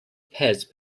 paste